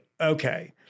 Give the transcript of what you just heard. okay